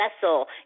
vessel